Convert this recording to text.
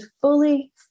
fully